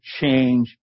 change